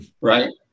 right